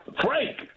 Frank